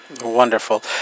Wonderful